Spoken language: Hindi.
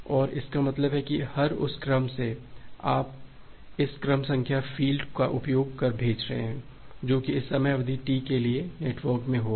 और इसका मतलब है कि हर उस क्रम से आप इस क्रम संख्या फ़ील्ड का उपयोग कर भेज रहे हैं जो कि इस समय अवधि टी के लिए नेटवर्क में होगा